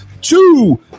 two